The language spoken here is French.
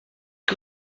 que